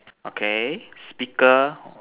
okay speaker